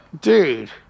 dude